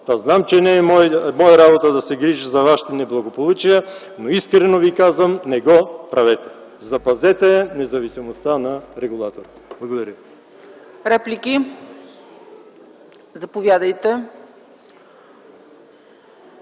Знам, че не е моя работа да се грижа за Вашите неблагополучия, но искрено Ви казвам: не го правете! Запазете независимостта на регулатора! Благодаря Ви. ПРЕДСЕДАТЕЛ